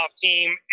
team